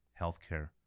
healthcare